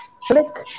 Click